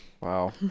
Wow